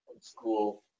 school